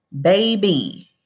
Baby